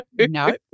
No